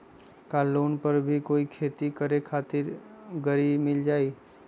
का लोन पर कोई भी खेती करें खातिर गरी मिल जाइ?